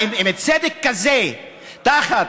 צדק כזה תחת